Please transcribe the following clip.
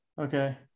Okay